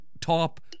top